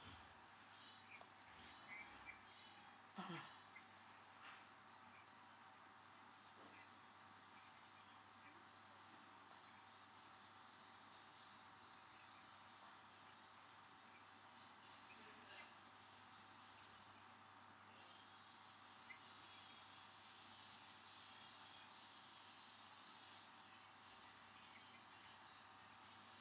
(uh huh)